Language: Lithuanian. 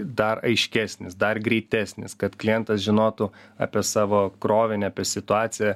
dar aiškesnis dar greitesnis kad klientas žinotų apie savo krovinį apie situaciją